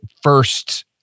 first